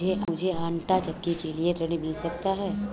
क्या मूझे आंटा चक्की के लिए ऋण मिल सकता है?